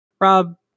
Rob